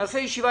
נעשה ישיבה.